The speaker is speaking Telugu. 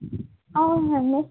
అవునండి